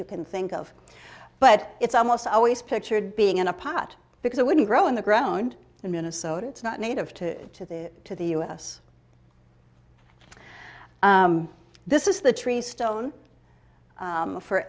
you can think of but it's almost always pictured being in a pot because it wouldn't grow in the ground in minnesota it's not native to to the to the u s this is the tree stone